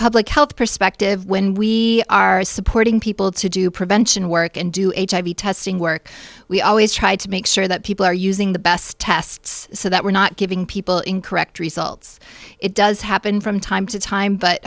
public health perspective when we are supporting people to do prevention work and do hiv testing work we always try to make sure that people are using the best tests so that we're not giving people incorrect results it does happen from time to time but